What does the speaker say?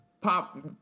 pop